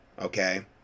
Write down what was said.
okay